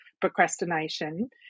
procrastination